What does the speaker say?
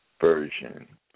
Version